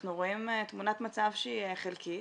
אנחנו רואים תמונת מצב שהיא חלקית.